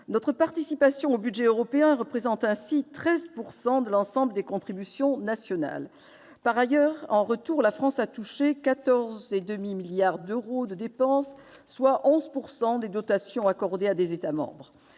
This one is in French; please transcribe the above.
Notre participation au budget européen représente ainsi 13 % de l'ensemble des contributions nationales. En retour, la France a touché 14,5 milliards d'euros de dépenses, soit 11 % des dotations accordées à des États membres.